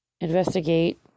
investigate